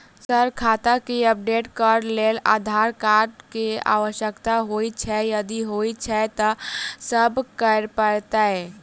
Sir खाता केँ update करऽ लेल आधार कार्ड केँ आवश्यकता होइ छैय यदि होइ छैथ की सब करैपरतैय?